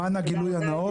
למען הגילוי הנאות,